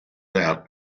out